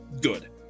good